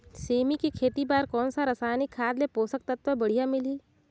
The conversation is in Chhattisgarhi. सेमी के खेती बार कोन सा रसायनिक खाद ले पोषक तत्व बढ़िया मिलही?